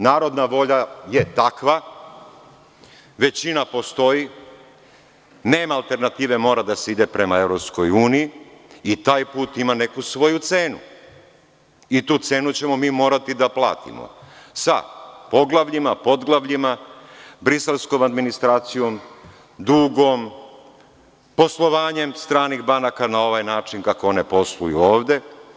Narodna volja je takva, većina postoji, nema alternative, mora da se ide prema EU i taj put ima neku svoju cenu i tu cenu ćemo mi morati da platimo, sa poglavljivama, podglavljivama, briselskom administracijom, dugom, poslovanjem stranih banaka na ovaj način kako one posluju ovde.